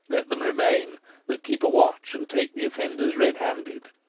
let them remain but keep a watch and take the offenders red-handed.